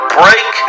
break